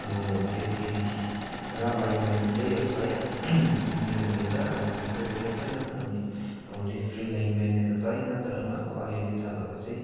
अब रेफ्री र लाइनम्यानहरूले हेर्छ है नियमहरू त अब त्यस्तो त याद छैन हामी अब रेफ्री लाइनम्यानहरू त होइन तर पनि अब अलिअलि थाह भएको चाहिँ